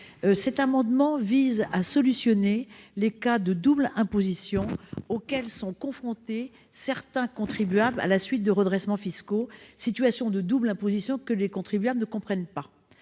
Cet amendement vise à solutionner les cas de double imposition auxquels sont confrontés certains contribuables à la suite de redressements fiscaux, situation de double imposition que ces contribuables ne comprennent pas.